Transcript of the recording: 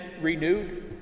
renewed